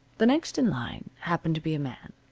the next in line happened to be a man.